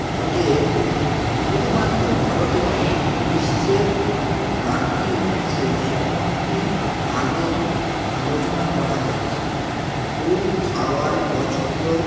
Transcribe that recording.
মধ্যে একটি শুধুমাত্র ভারতে নয় বিশ্বের বাকি অংশে যেমনটি আগে আলোচনা করা হয়েছে ভুল খাওয়ার পছন্দ